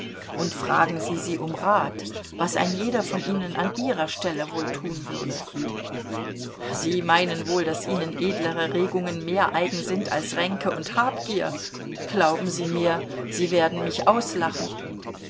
und fragen sie sie um rat was ein jeder von ihnen an ihrer stelle wohl tun würde sie meinen wohl daß ihnen edlere regungen mehr eigen sind als ränke und habgier glauben sie mir sie werden mich auslachen